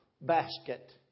basket